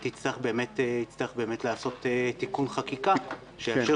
יהיה צורך באמת לעשות תיקון חקיקה שיאפשר